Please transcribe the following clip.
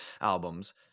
albums